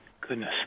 goodness